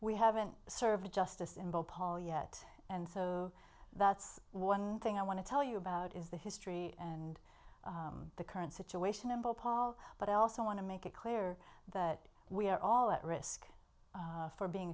we haven't served justice in bhopal yet and that's one thing i want to tell you about is the history and the current situation in bhopal but i also want to make it clear that we are all at risk for being